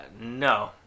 No